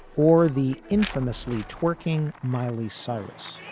or the infamously twerking miley cyrus